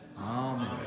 Amen